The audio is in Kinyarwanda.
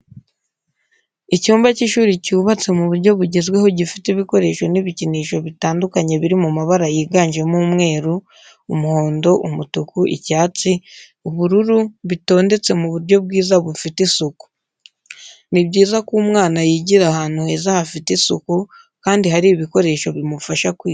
Icyumba cy'ishuri cyubatse mu buryo bugezweho gifite ibikoresho n'ibikinisho bitandukanye biri mu mabara yiganjemo umweru, umuhondo, umutuku, icyatsi, ubururu bitondetse mu buryo bwiza bufite isuku. Ni byiza ko umwana yigira ahantu heza hafite isuku kandi hari ibikoresho bimufasha kwiga neza.